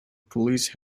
police